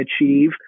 achieve